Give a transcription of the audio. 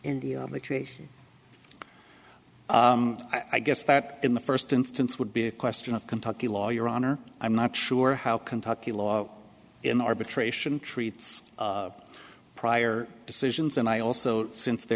situation i guess that in the first instance would be a question of kentucky law your honor i'm not sure how kentucky law in arbitration treats prior decisions and i also since they